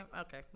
okay